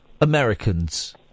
Americans